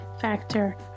factor